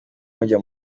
mujya